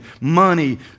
money